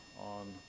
on